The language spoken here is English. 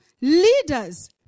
leaders